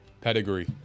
Pedigree